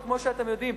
וכמו שאתם יודעים,